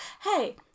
Hey